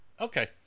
okay